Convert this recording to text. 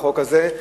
בחוק הזה.